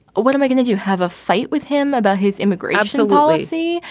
what am i going to do, have a fight with him about his immigration? absolutely see,